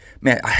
Man